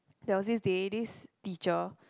there was this day this teacher